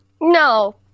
No